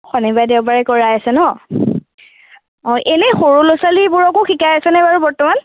শনিবাৰে দেওবাৰে কৰাই আছে ন অঁ এনে সৰু ল'ৰা ছোৱালীবোৰকো শিকাই আছেনে বাৰু বৰ্তমান